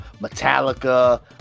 Metallica